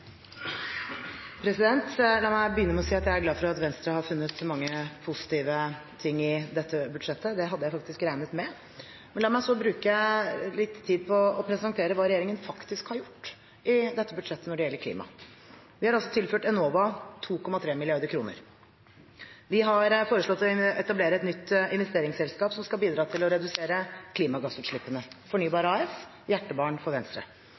La meg begynne med å si at jeg er glad for at Venstre har funnet mange positive ting i dette budsjettet. Det hadde jeg faktisk regnet med. La meg så bruke litt tid på å presentere hva regjeringen faktisk har gjort i dette budsjettet når det gjelder klima. Vi har tilført Enova 2,3 mrd. kr. Vi har foreslått å etablere et nytt investeringsselskap som skal bidra til å redusere klimagassutslippene, Fornybar AS, hjertebarn for Venstre.